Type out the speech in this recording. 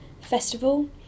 festival